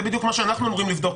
זה בדיוק מה שאנחנו אמורים לבדוק,